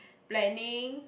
planning